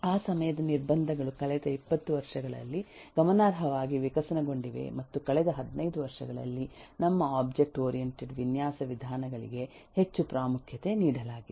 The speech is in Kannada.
ಆ ಸಮಯದ ನಿರ್ಬಂಧಗಳು ಕಳೆದ 20 ವರ್ಷಗಳಲ್ಲಿ ಗಮನಾರ್ಹವಾಗಿ ವಿಕಸನಗೊಂಡಿವೆ ಮತ್ತು ಕಳೆದ 15 ವರ್ಷಗಳಲ್ಲಿ ನಮ್ಮ ಒಬ್ಜೆಕ್ಟ್ ಓರಿಯಂಟೆಡ್ ವಿನ್ಯಾಸ ವಿಧಾನಗಳಿಗೆ ಹೆಚ್ಚು ಪ್ರಾಮುಖ್ಯತೆ ನೀಡಲಾಗಿದೆ